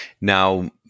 Now